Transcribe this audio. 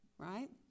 right